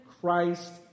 christ